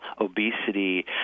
obesity